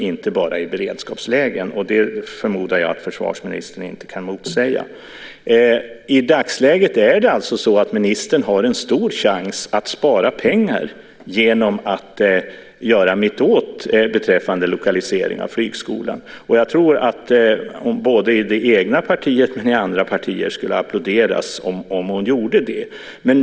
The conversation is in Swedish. Det vore onaturligt med något annat. Det förmodar jag att försvarsministern inte kan motsäga. I dagsläget har ministern en stor chans att spara pengar genom att göra mittåt beträffande lokalisering av flygskolan. Jag tror att det både i det egna partiet och i andra skulle applåderas om hon gjorde det.